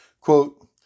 Quote